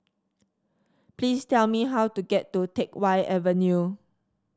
please tell me how to get to Teck Whye Avenue